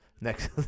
next